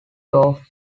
though